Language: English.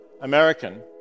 American